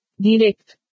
Direct